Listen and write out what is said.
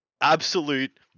Absolute